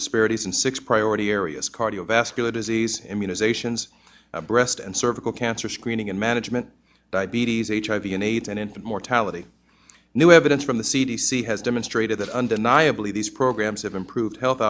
disparities in six priority areas cardiovascular disease immunizations breast and cervical cancer screening and management diabetes h i v an aids and infant mortality new evidence from the c d c has demonstrated that undeniably these programs have improved health